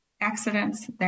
accidents